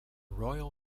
royal